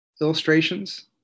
illustrations